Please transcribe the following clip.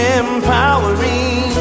empowering